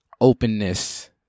openness